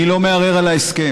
אני לא מערער על ההסכם.